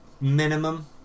minimum